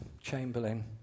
Chamberlain